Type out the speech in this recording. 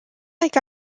like